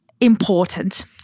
important